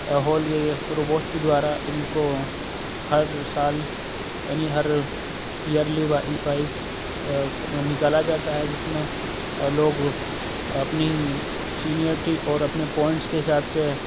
hall یہ provost دوارا ان کو ہر سال یعنی ہر ایئرلی وائز نکالا جاتا ہے جس میں لوگ اپنی سینئرٹی اور اپنے پوائنٹس کے حساب سے